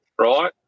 right